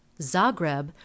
Zagreb